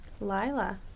Lila